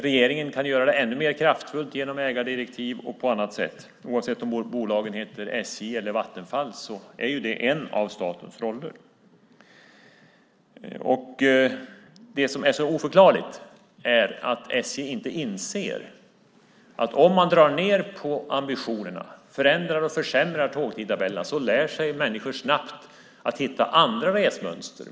Regeringen kan göra det ännu mer kraftfullt genom ägardirektiv och på annat sätt; oavsett om bolagen heter SJ eller Vattenfall är det en av statens roller. Det som är så oförklarligt är att SJ inte inser att om man drar ned på ambitionerna och förändrar och försämrar tågtidtabellerna lär sig människor snabbt att hitta andra resmönster.